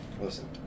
listen